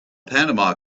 panama